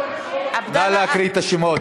נא להקריא את השמות.